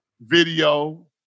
Video